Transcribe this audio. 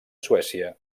suècia